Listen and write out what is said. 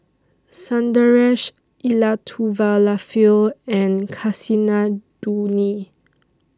Sundaresh Elattuvalapil and Kasinadhuni